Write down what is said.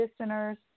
listeners